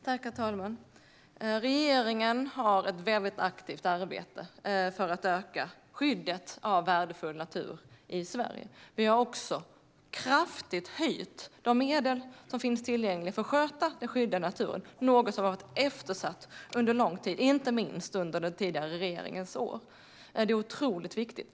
Herr talman! Regeringen har ett väldigt aktivt arbete för att öka skyddet av värdefull natur i Sverige. Vi har också kraftigt höjt de medel som finns tillgängliga för att sköta den skyddade naturen. Det är något som har varit eftersatt under lång tid, inte minst under den tidigare regeringens år. Det är otroligt viktigt.